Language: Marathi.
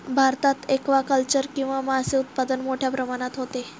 भारतात ॲक्वाकल्चर किंवा मासे उत्पादन मोठ्या प्रमाणात होते